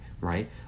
right